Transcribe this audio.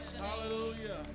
Hallelujah